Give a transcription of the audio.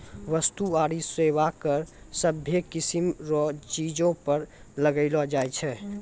वस्तु आरू सेवा कर सभ्भे किसीम रो चीजो पर लगैलो जाय छै